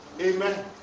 Amen